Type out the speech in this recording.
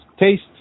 taste